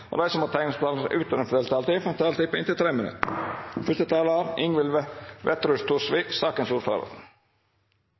og de som måtte tegne seg på talerlisten utover den fordelte taletid, får en taletid på inntil 3 minutter.